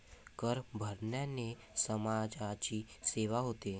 कर भरण्याने समाजाची सेवा होते